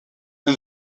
and